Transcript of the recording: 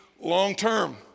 long-term